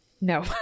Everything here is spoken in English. no